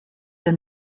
der